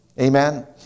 amen